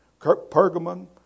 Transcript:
Pergamon